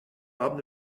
abend